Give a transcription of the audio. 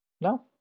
No